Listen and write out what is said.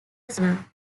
persona